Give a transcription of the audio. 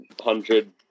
hundred